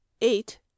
eight